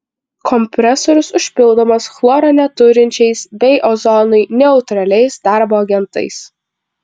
kompresorius užpildomas chloro neturinčiais bei ozonui neutraliais darbo agentais